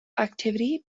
activity